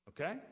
okay